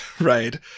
right